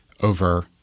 over